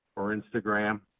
or instagram.